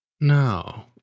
No